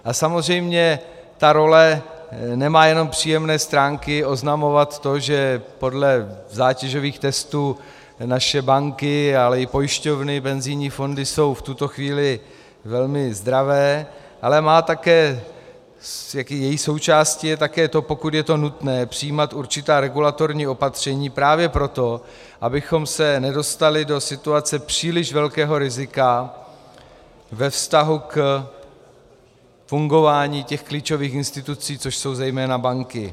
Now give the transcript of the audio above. A samozřejmě ta role nemá jenom příjemné stránky, oznamovat to, že podle zátěžových testů naše banky, ale i pojišťovny, penzijní fondy jsou v tuto chvíli velmi zdravé, ale také její součástí je to, pokud je to nutné, přijímat určitá regulatorní opatření právě proto, abychom se nedostali do situace příliš velkého rizika ve vztahu k fungování těch klíčových institucí, což jsou zejména banky.